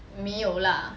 没有啦